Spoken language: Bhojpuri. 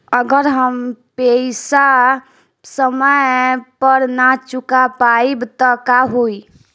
अगर हम पेईसा समय पर ना चुका पाईब त का होई?